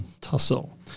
tussle